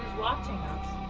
watching us?